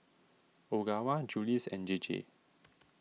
Ogawa Julie's and J J